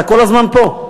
אתה כל הזמן פה.